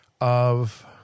of-